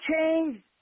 change